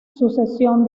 sucesión